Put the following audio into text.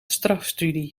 strafstudie